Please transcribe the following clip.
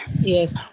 Yes